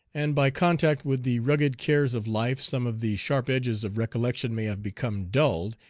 and by contact with the rugged cares of life some of the sharp edges of recollection may have become. dulled,